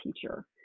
teacher